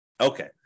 Okay